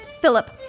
Philip